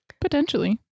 Potentially